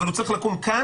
אבל הוא צריך לקום כאן,